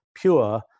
pure